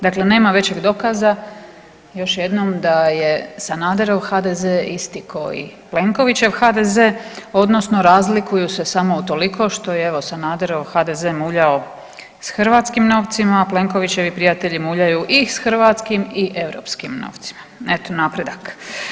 Dakle, nema većeg dokaza još jednom da je Sanaderov HDZ isti ko i Plenkovićev HDZ odnosno razlikuju se samo utoliko što je evo Sanaderov HDZ muljao s hrvatskim novcima, a Plenkovićevi prijatelji muljaju i s hrvatskim i europskim novcima, eto napredak.